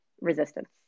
resistance